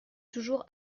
toujours